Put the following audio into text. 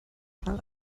schnell